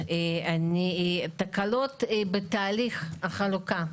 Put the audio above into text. תקלות בתהליך החלוקה.